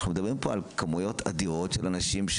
אנחנו מדברים פה על כמויות אדירות של אנשים.